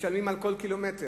משלמים על כל קילומטר,